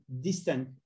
distant